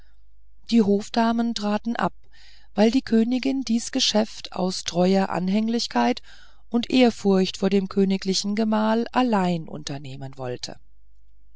die hofdamen traten ab weil die königin dies geschäft aus treuer anhänglichkeit und ehrfurcht vor dem königlichen gemahl allein unternehmen wollte